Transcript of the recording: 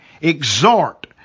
exhort